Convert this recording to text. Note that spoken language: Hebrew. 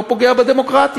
לא פוגע ב"דמוקרטית".